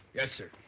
yes, sir.